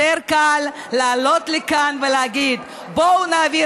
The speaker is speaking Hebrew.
יותר קל לעלות לכאן ולהגיד: בואו נעביר